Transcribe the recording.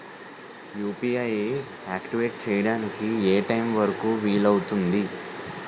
UPI activate చెయ్యడానికి ఏ time వరుకు వీలు అవుతుంది?